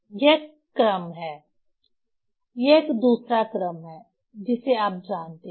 यह क्रम है यह एक दूसरा क्रम है जिसे आप जानते हैं